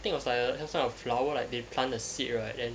I think like it was inside a flower they plant a seed right then